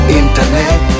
internet